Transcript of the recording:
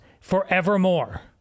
forevermore